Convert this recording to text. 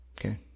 okay